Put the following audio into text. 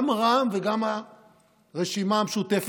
גם רע"מ וגם הרשימה המשותפת.